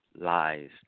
lies